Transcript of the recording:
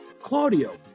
Claudio